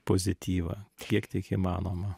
pozityvą kiek tik įmanoma